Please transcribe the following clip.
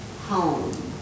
home